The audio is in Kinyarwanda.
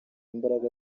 imbaraga